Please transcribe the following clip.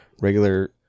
regular